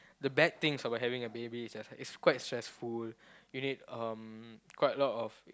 the bad things about having a baby is is quite stressful you need um quite a lot of